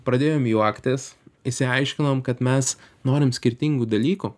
pradėjom juoktis išsiaiškinom kad mes norim skirtingų dalykų